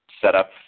setup